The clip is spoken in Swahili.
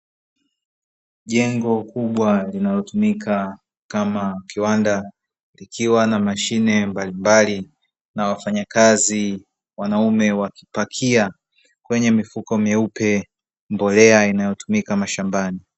Jengo kubwa linalotumika kama kiwanda, likiwa na mashine mbalimbali, na wafanyakazi wanaume, wakipakia kwenye mifuko nyeupe, mbolea inayotumika mashambani.